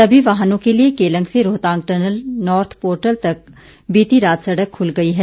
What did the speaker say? सभी वाहनों के लिए केलंग से रोहतांग टनल नॉर्थ पोर्टल तक बीती रात सड़क खुल गई है